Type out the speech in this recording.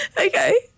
Okay